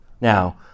Now